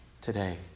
today